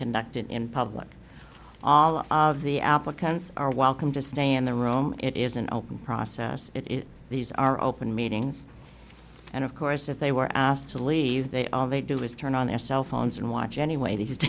conducted in public all of the applicants are welcome to stay in the room it is an open process it is these are open meetings and of course if they were asked to leave they all they do is turn on their cell phones and watch anyway the